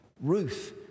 Ruth